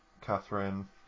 Catherine